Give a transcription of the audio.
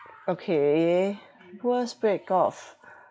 okay worst break off